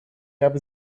habe